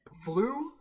flu